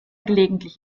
gelegentlich